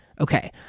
Okay